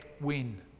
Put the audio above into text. win